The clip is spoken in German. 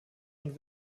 und